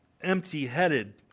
empty-headed